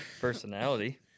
personality